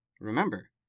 remember